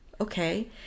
okay